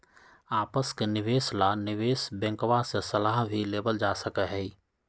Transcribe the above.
आपस के निवेश ला निवेश बैंकवा से सलाह भी लेवल जा सका हई